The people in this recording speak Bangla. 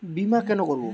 বিমা কেন করব?